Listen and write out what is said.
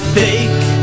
fake